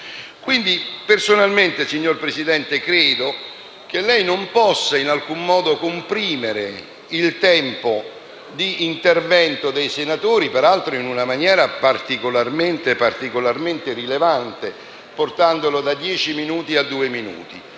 minuti? Personalmente, signor Presidente, credo che lei non possa in alcun modo comprimere il tempo di intervento dei senatori, peraltro in una maniera particolarmente rilevante, portandolo da dieci a due minuti,